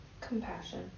Compassion